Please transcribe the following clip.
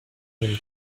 him